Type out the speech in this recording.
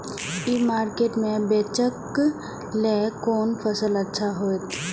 ई market में बेचेक लेल कोन फसल अच्छा होयत?